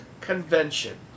convention